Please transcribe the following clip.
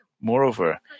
Moreover